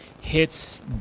hits